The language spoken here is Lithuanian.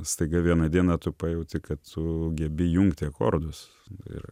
staiga vieną dieną tu pajauti kad tu gebi jungti akordus ir